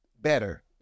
better